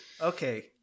okay